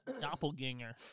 doppelganger